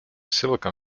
silicon